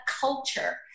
culture